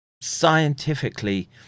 scientifically